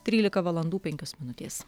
trylika valandų penkios minutės